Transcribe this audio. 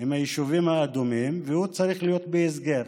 עם היישובים האדומים והוא צריך להיות בסגר,